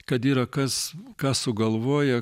kad yra kas ką sugalvoja